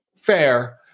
Fair